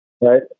Right